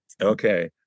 Okay